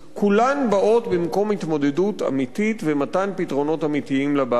כולן באות במקום התבוננות אמיתית ומתן פתרונות אמיתיים לבעיה.